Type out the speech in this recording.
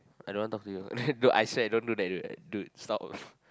I don't want talk to you no I swear no don't do that so that dude stop